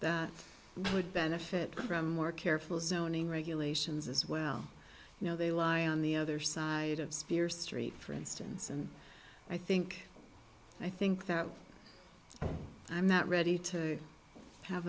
that would benefit from more careful zoning regulations as well you know they lie on the other side of spears street for instance and i think i think that i'm not ready to have